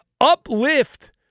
uplift